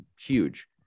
huge